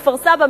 מכפר-סבא,